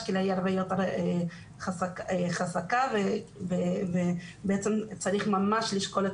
השקילה היא הרבה יותר חזקה ובעצם צריך ממש לשקול את